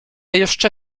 jeszcze